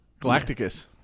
galacticus